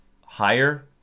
higher